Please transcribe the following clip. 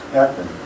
happen